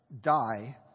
die